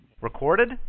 Recorded